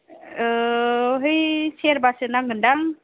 है सेरबासो नांगोनदां